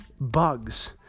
bugs